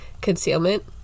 Concealment